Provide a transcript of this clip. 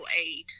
aid